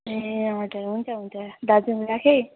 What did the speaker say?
ए हुन्छ हुन्छ हुन्छ दाजु म राखेँ है